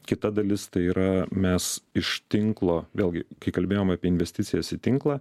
kita dalis tai yra mes iš tinklo vėlgi kai kalbėjome apie investicijas į tinklą